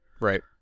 Right